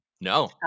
no